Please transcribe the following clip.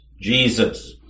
Jesus